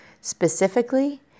specifically